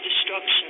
destruction